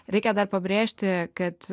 reikia dar pabrėžti kad